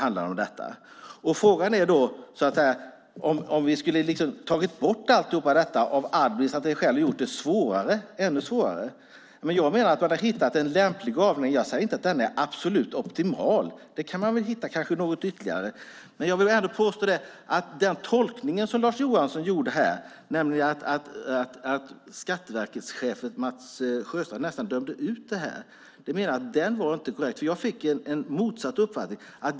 Skulle vi ha tagit bort allt detta av administrativa skäl och gjort det ännu svårare? Man har hittat en lämplig avvägning. Jag säger inte att den är optimal; man kanske kan hitta något ytterligare. Men den tolkning som Lars Johansson gjorde, nämligen att Skatteverkets chef Mats Sjöstrand nästan dömde ut detta, var inte korrekt. Jag fick motsatt uppfattning.